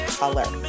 color